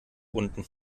unten